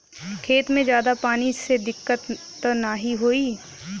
खेत में ज्यादा पानी से दिक्कत त नाही होई?